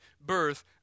birth